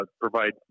provide